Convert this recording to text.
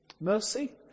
Mercy